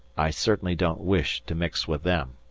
i certainly don't wish to mix with them.